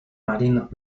marinos